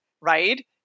right